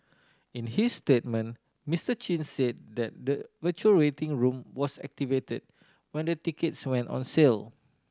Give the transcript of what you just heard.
in his statement Mister Chin said that the virtual waiting room was activated when the tickets went on sale